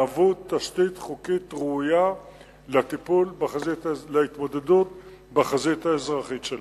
שיהוו תשתית חוקית ראויה להתמודדות בחזית האזרחית שלנו.